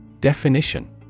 Definition